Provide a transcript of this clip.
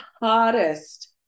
hardest